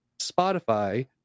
Spotify